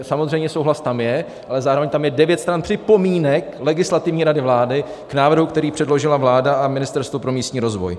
Samozřejmě souhlas tam je, ale zároveň tam je devět stran připomínek Legislativní rady vlády k návrhu, který předložila vláda a Ministerstvo pro místní rozvoj.